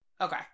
Okay